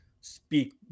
speak